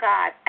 God